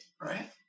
right